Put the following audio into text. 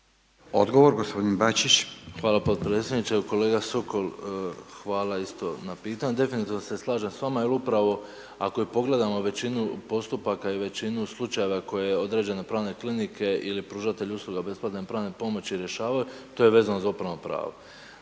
**Bačić, Ante (HDZ)** Hvala podpredsjedniče, evo kolega Sokol, hvala isto na pitanju, definitivno se slažem s vama jer upravo ako i pogledamo većinu postupaka i većinu slučajeva koje određene pravne klinike ili pružatelji usluga besplatne pravne pomoći rješavaju to je vezano za upravno pravo.